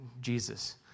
Jesus